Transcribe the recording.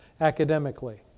academically